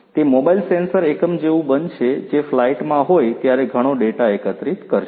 તે mobile sensor એકમ જેવું બનશે જે ફ્લાઇટમાં હોય ત્યારે ઘણો ડેટા એકત્રિત કરશે